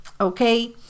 okay